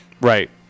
right